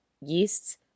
Yeast's